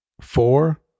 Four